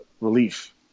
relief